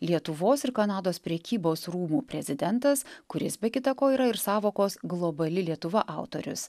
lietuvos ir kanados prekybos rūmų prezidentas kuris be kita ko yra ir sąvokos globali lietuva autorius